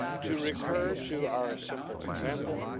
to recur to our simple example,